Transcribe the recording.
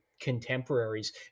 contemporaries